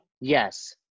Yes